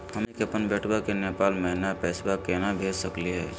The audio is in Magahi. हमनी के अपन बेटवा क नेपाल महिना पैसवा केना भेज सकली हे?